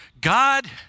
God